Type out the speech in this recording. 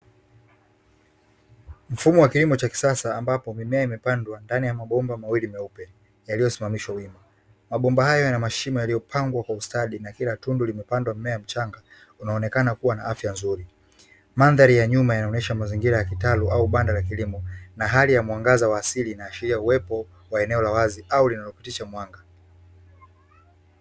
Mfumo wa kilimo cha kisasa, ambapo mimea imepandwa ndani ya mabomba mawili meupe yaliyosimamishwa wima. Mabomba hayo yana mashimo yaliyopangwa kwa ustadi, na kila tundu limepandwa mmea mchanga, unaonekana kuwa na afya nzuri. Mandhari ya nyuma yanaonyesha mazingira ya kitalu au banda la kilimo na hali ya mwanga wa asili, inaashiria uwepo wa eneo la wazi au linalopitisha mwanga.